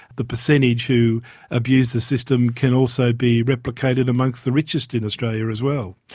the percentage who abuse the system can also be replicated amongst the richest in australia as well.